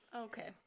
Okay